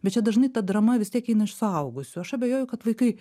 bet čia dažnai ta drama vis tiek eina iš suaugusių aš abejoju kad vaikai